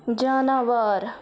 جاناوار